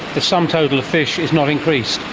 the sum total of fish is not increased?